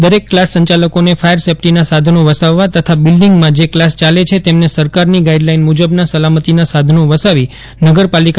દરેક ક્લાસ સંચાલકોને ફાયર સેફ્ટીના સાધનો વસાવવા તથા બિલ્ડિંગમાં જે ક્લાસ ચાલે છે તેમને સરકારની ગાઈડલાઈન મુજબના સલામતીના સાધનો વસાવી નગરપાલિકાને જાણ કરવા જણાવાયું છે